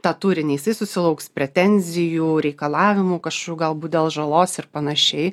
tą turinį jisai susilauks pretenzijų reikalavimų kažkokių galbūt dėl žalos ir panašiai